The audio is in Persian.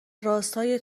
راستای